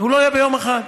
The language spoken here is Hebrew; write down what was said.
הוא לא יהיה ביום אחד.